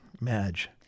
Madge